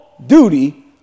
duty